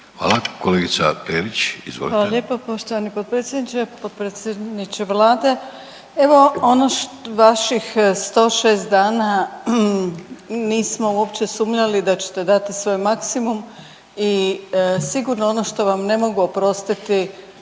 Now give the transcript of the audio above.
Hvala. Kolegica Perić, izvolite. **Perić, Grozdana (HDZ)** Hvala lijepo poštovani potpredsjedniče, potpredsjedniče Vlade. Evo ono vaših 106 dana, nismo uopće sumnjali da ćete dati svoj maksimum i sigurno ono što vam ne mogu oprostiti